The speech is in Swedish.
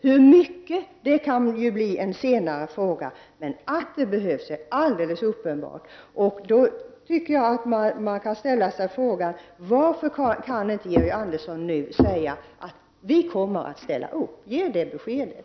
Hur mycket som behövs kan dock bli en senare fråga. Varför kan således inte Georg Andersson nu säga att regeringen kommer att ställa upp? Ge oss det beskedet!